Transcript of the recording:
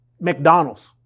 McDonald's